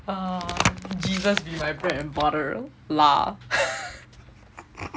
jesus be my bread and butter lah